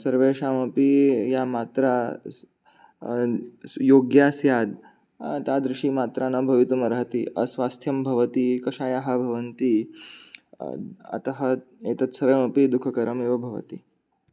सर्वेषामपि या मात्रा स् स् योग्या स्यात् तादृशी मात्रा न भवितुमर्हति अस्वास्थ्यं भवति कषायाः भवन्ति अतः एतत् स्वयमपि दुःखकरमेव भवति